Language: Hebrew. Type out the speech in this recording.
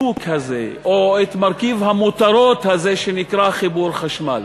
הזה או מרכיב המותרות הזה שנקרא חיבור לחשמל.